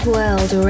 World